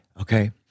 Okay